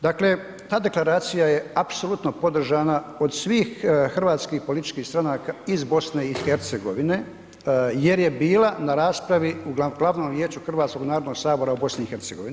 Dakle, ta deklaracija je apsolutno podržana od svih hrvatskih političkih stranaka iz BiH jer je bila na raspravi u Glavnom vijeću Hrvatskog narodnog sabora u BiH.